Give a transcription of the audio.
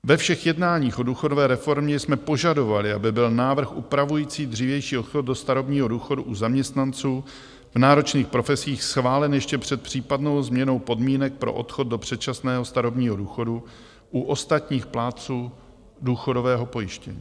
Ve všech jednáních o důchodové reformě jsme požadovali, aby byl návrh upravující dřívější odchod do starobního důchodu u zaměstnanců v náročných profesích schválen ještě před případnou změnou podmínek pro odchod do předčasného starobního důchodu u ostatních plátců důchodového pojištění.